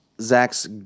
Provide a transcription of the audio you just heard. Zach's